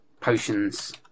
Potions